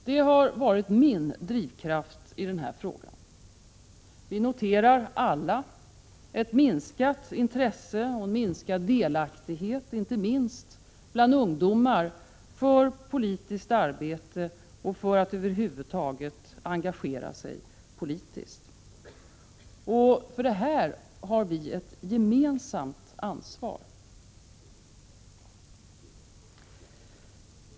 Det har varit min drivkraft i denna fråga. Vi noterar alla ett minskat intresse och en minskad delaktighet inte minst bland ungdomar för politiskt arbete och för att över huvud taget engagera sig politiskt. För detta har vi ett gemensamt ansvar.